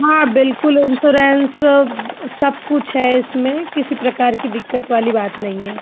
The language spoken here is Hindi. हाँ बिल्कुल इंसोरेन्स सब कुछ है इसमें किसी प्रकार की दिक्कत वाली बात नहीं है